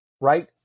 right